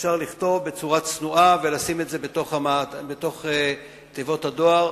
אפשר לכתוב בצורה צנועה ולשים את זה בתיבות הדואר,